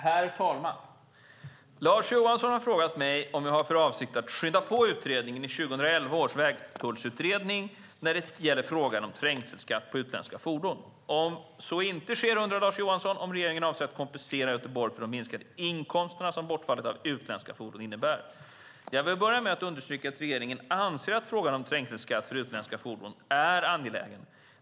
Herr talman! Lars Johansson har frågat mig om jag har för avsikt att skynda på utredaren i 2011 års vägtullsutredning när det gäller frågan om trängselskatt på utländska fordon. Om så inte sker, undrar Lars Johansson om regeringen avser att kompensera Göteborg för de minskade inkomster som bortfallet av utländska fordon innebär. Jag vill börja med att understryka att regeringen anser att frågan om trängselskatt för utländska fordon är angelägen.